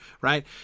right